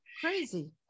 Crazy